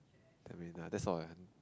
ten minutes ya that's all